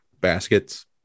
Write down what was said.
baskets